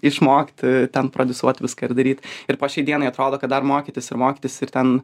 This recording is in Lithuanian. išmokti ten prodiusuot viską ir daryt ir po šiai dienai atrodo kad dar mokytis ir mokytis ir ten